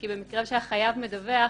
כי במקרה שהחייב מדווח,